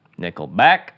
Nickelback